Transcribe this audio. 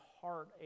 heart